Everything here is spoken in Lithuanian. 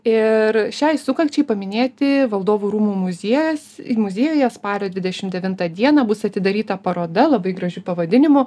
ir šiai sukakčiai paminėti valdovų rūmų muziejus muziejuje spalio dvidešim devintą dieną bus atidaryta paroda labai gražiu pavadinimu